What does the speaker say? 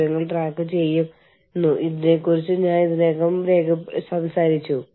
നിങ്ങൾ അത് എനിക്ക് തന്നില്ലെങ്കിൽ ഞാൻ ഈ ജോലി ഉപേക്ഷിക്കും എന്ന് നിങ്ങൾക്ക് പറയാനാവില്ല